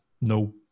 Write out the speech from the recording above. no